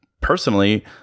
personally